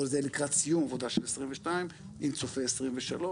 או לקראת סיום העבודה של 2022 עם צופה 2023,